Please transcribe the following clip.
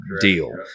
deal